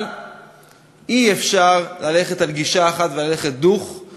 אבל אי-אפשר ללכת על גישה אחת, וללכת "דוך";